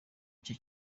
cye